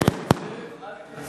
כי